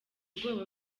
ubwoba